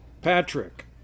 Patrick